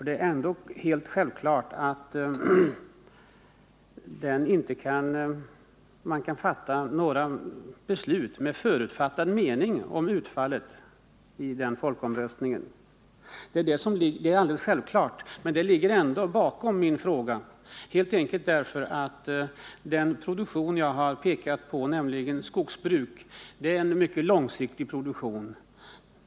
Det är ändå helt självklart att man inte kan fatta några beslut med förutfattad mening om utfallet av den folkomröstningen, men det ligger ändå bakom min fråga, helt enkelt därför att den produktion jag har pekat på, nämligen skogsbruk, är en mycket långsiktig produktion.